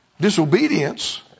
disobedience